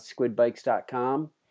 squidbikes.com